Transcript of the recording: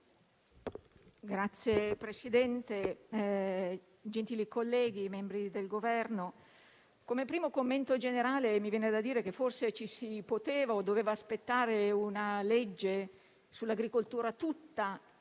Signor Presidente, gentili colleghi, membri del Governo, come primo commento generale mi viene da dire che forse ci si poteva o doveva aspettare una legge sull'agricoltura tutta,